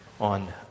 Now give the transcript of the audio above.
on